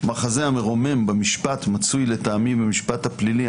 המחזה המרומם במשפט מצוי, לטעמי, במשפט הפלילי.